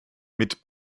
mit